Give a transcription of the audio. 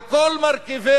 על כל מרכיביה.